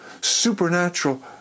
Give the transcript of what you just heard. supernatural